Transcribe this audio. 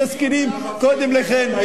אדוני היושב-ראש,